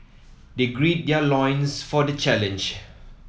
they grid their loins for the challenge